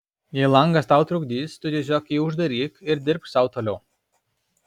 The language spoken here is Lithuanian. jei langas tau trukdys tu tiesiog jį uždaryk ir dirbk sau toliau